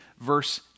verse